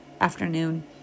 afternoon